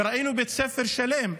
וראינו בית ספר שלם,